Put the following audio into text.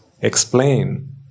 explain